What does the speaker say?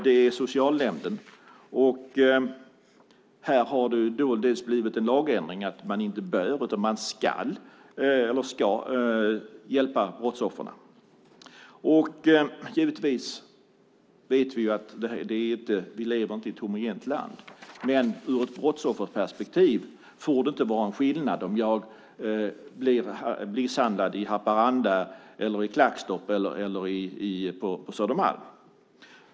Det är socialnämnden. Det har blivit en lagändring så att man inte "bör" utan "ska" hjälpa brottsoffren. Vi vet att vi inte lever i ett homogent land, men ur ett brottsofferperspektiv får det inte vara en skillnad om jag blir misshandlad i Haparanda, i Klackstorp eller på Södermalm.